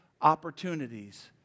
opportunities